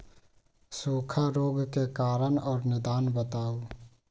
सूखा रोग के कारण और निदान बताऊ?